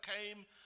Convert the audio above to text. came